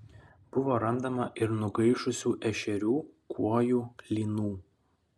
buvo randama ir nugaišusių ešerių kuojų lynų